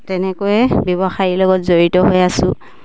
তেনেকৈয়ে ব্যৱসায়ীৰ লগত জড়িত হৈ আছোঁ